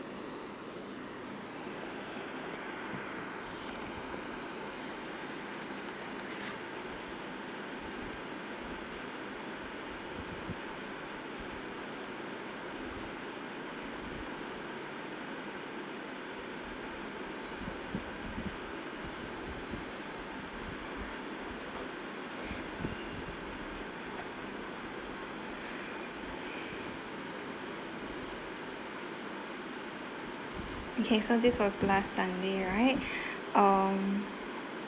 okay so this was last sunday right um